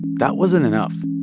that wasn't enough.